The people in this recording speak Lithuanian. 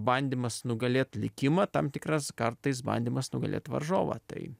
bandymas nugalėt likimą tam tikras kartais bandymas nugalėt varžovą tai